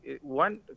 one